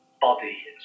body